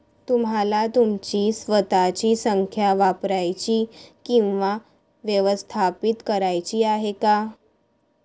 तुम्हाला तुमची स्वतःची संख्या वापरायची किंवा व्यवस्थापित करायची आहे का?